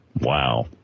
Wow